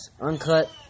uncut